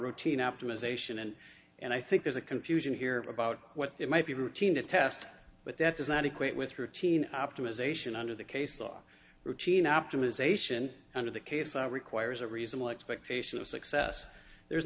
routine optimization and and i think there's a confusion here about what it might be routine to test but that does not equate with routine optimization under the case law routine optimization under the case of requires a reasonable expectation of success there